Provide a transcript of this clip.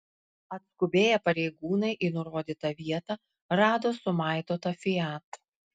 atskubėję pareigūnai į nurodytą vietą rado sumaitotą fiat